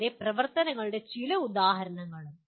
കൂടാതെ പ്രവർത്തനങ്ങളുടെ ചില ഉദാഹരണങ്ങളും